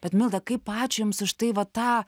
bet milda kaip ačiū jums už tai va tą